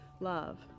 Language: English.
love